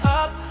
up